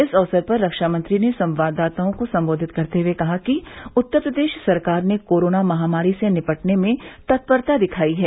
इस अवसर पर रक्षामंत्री ने संवाददाताओं को सम्बोधित करते हुए कहा कि उत्तर प्रदेश सरकार ने कोरोना महामारी से निपटने में तत्परता दिखाई है